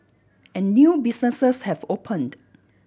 and new businesses have opened